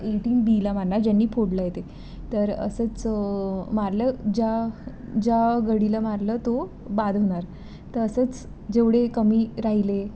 ए team बीला मारणार ज्यांनी फोडलं आहे ते तर असंच मारलं ज्या ज्या गडीला मारलं तो बाद होणार तर असंच जेवढे कमी राहिले